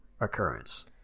occurrence